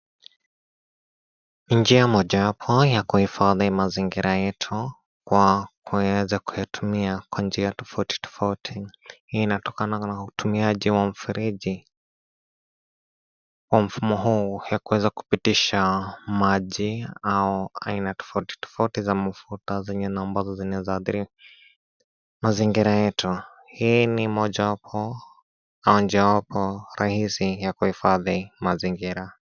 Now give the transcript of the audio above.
Ni njia mojawapo ya kuhifadhi mazingira yetu kwa kuweza kuyatumia kwa njia tofauti tofauti. Hii inatokana na utumiaji wa mfereji wa mfumo huu ya kuweza kupitisha maji au aina tofauti tofauti ya mafuta zenye na ambazo zinaweza adhiri mazingira yetu. Hii ni mojawapo ya njia rahisi ya kuhifadhi mazingira.